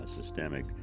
systemic